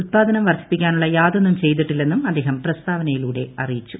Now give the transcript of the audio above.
ഉല്പാദനം വർദ്ധിപ്പിക്കാനുള്ള യാതൊന്നും ചെയ്തിട്ടില്ലെന്നും അദ്ദേഹം പ്രസ്താവന്യിലൂടെ അറിയിച്ചു